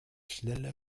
schnelle